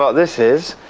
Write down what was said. ah this is?